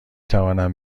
توانم